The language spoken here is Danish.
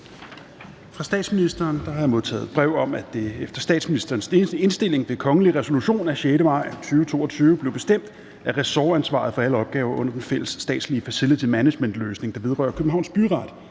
Fra statsministeren har jeg modtaget brev om, at det efter statsministerens indstilling ved kongelig resolution af den 6. maj 2022 blev bestemt, at ressortansvaret for alle opgaver under den fælles statslige facility managementløsning, der vedrører Københavns Byret,